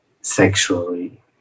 sexually